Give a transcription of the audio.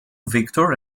victor